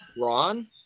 Ron